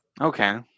okay